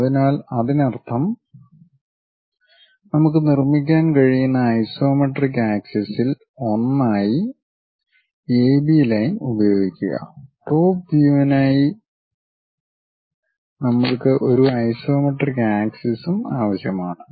അതിനാൽ അതിനർത്ഥം നമുക്ക് നിർമ്മിക്കാൻ കഴിയുന്ന ഐസോമെട്രിക് ആക്സിസിൽ ഒന്നായി എബി ലൈൻ ഉപയോഗിക്കുക ടോപ് വ്യൂ വിനായി നമ്മൾക്ക് ഒരു ഐസോമെട്രിക് ആക്സിസും ആവശ്യമാണ്